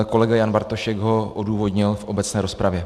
Kolega Jan Bartošek ho odůvodnil v obecné rozpravě.